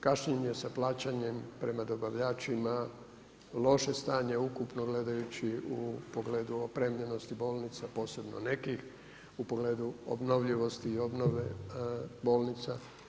Kašnjenje sa plaćanjem prema dobavljačima, loše stanje ukupno gledajući u pogledu opremljenosti bolnica posebno nekih u pogledu obnovljivosti i obnove bolnica.